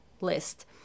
list